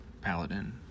Paladin